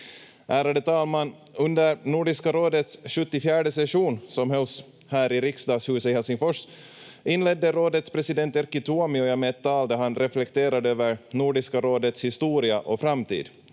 Ärade talman! Under Nordiska rådets 74:e session som hölls här i riksdagshuset i Helsingfors inledde rådets president Erkki Tuomioja med ett tal där han reflekterade över Nordiska rådets historia och framtid.